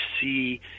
see